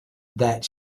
that